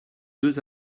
deux